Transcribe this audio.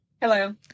Hello